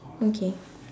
okay